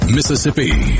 Mississippi